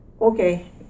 okay